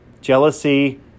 jealousy